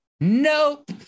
Nope